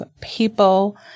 people